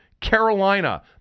Carolina